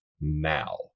now